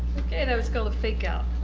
ok that was called a fake-out.